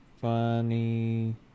Funny